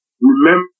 remember